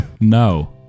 no